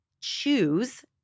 Choose